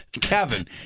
Kevin